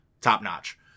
top-notch